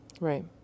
Right